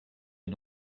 est